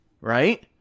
right